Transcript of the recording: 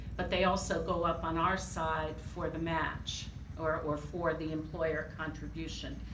but they also go up on our side for the match or or for the employer contribution,